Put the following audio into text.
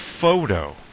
photo